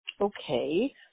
okay